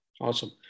awesome